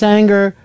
anger